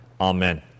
Amen